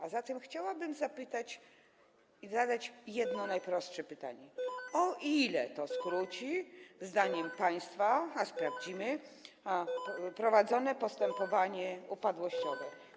A zatem chciałabym zadać jedno najprostsze pytanie: O ile to skróci, zdaniem państwa - a sprawdzimy - prowadzone postępowanie upadłościowe?